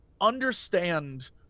understand